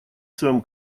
своем